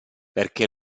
perché